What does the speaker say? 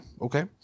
Okay